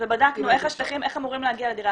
ובדקנו איך אמורים להגיע לדירה.